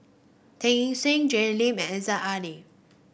Teo Eng Seng Jay Lim and Aziza Ali